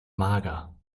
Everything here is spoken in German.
mager